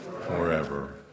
forever